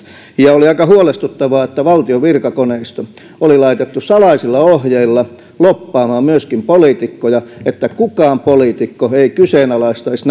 oli aika huolestuttavaa että valtion virkakoneisto oli laitettu salaisilla ohjeilla lobbaamaan myöskin poliitikkoja että kukaan poliitikko ei kyseenalaistaisi